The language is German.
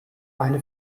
eine